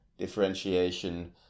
differentiation